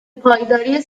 پایداری